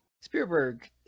Spielberg